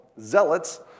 Zealots